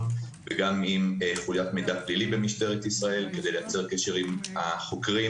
וגם עם חוליית מידע פלילי במשטרת ישראל כדי לייצר קשר עם החוקרים,